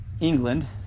England